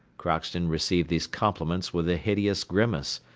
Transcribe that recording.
crockston received these compliments with a hideous grimace,